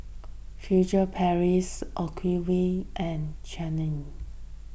Furtere Paris Ocuvite and Ceradan